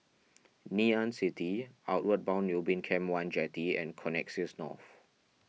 Ngee Ann City Outward Bound Ubin Camp one Jetty and Connexis North